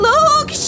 Look